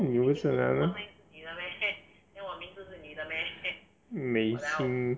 你不是男的 Mei Xin